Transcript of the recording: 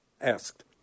asked